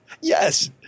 Yes